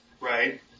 Right